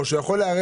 אז הוא אומר: תשמע,